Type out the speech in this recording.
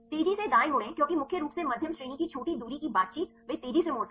तेजी से दाएं मुड़ें क्योंकि मुख्य रूप से मध्यम श्रेणी की छोटी दूरी की बातचीत वे तेजी से मोड़ते हैं